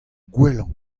gwellañ